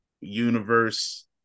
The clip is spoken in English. universe